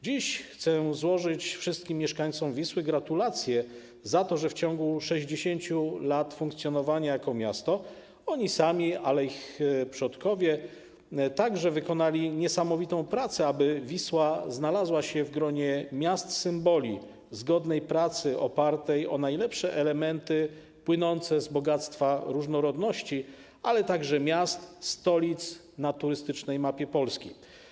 Dziś chcę złożyć wszystkim mieszkańcom Wisły gratulacje za to, że w ciągu 60 lat funkcjonowania jako miasto oni sami, ale także ich przodkowie, wykonali niesamowitą pracę, aby Wisła znalazła się w gronie miast symboli zgodnej pracy opartej o najlepsze elementy płynące z bogactwa różnorodności, ale także miast, stolic na turystycznej mapie Polski.